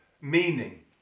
meaning